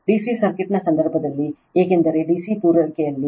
D C ಸರ್ಕ್ಯೂಟ್ನ ಸಂದರ್ಭದಲ್ಲಿ ಏಕೆಂದರೆ ಡಿ ಸಿ ಪೂರೈಕೆಯಲ್ಲಿ